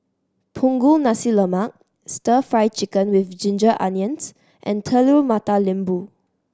Punggol Nasi Lemak Stir Fry Chicken with ginger onions and Telur Mata Lembu